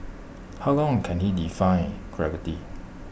how long can he defy gravity